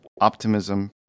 optimism